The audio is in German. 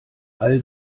all